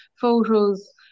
photos